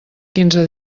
quinze